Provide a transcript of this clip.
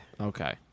Okay